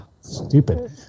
stupid